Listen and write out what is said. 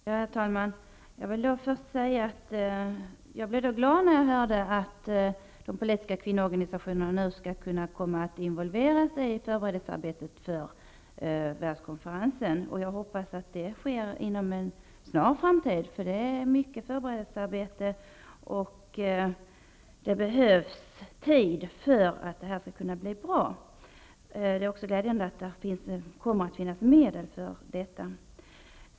Herr talman! Jag vill först säga att jag blev glad när jag hörde att de politiska kvinnoorganisationerna nu skall kunna komma att involveras i förberedelsearbetet för konferensen. Jag hoppas att det sker inom en snar framtid. Det är mycket förberedelsearbete och det behövs tid för att detta skall kunna bli bra. Det är också glädjande att det kommer att finnas medel för detta.